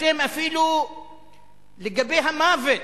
אתם אפילו לגבי המוות